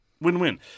win-win